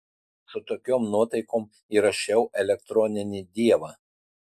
su tokiom nuotaikom įrašiau elektroninį dievą